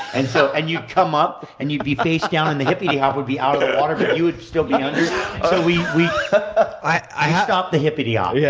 and so and you'd come up and you'd be face-down and the hippity-hop would be out of the water but you would still be under. so we we i hopped off the hippity-hop. yeah